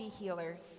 healers